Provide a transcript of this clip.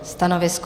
Stanovisko?